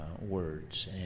words